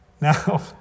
Now